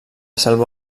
selva